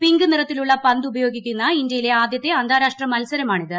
pink നിറത്തിലുള്ള പന്ത് ഉപയോഗിക്കുന്ന ഇന്ത്യയിലെ ആദ്യത്തെ അന്താരാഷ്ട്ര മത്സരമാണിത്